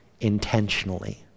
intentionally